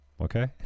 Okay